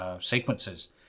sequences